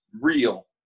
real